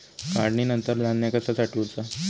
काढणीनंतर धान्य कसा साठवुचा?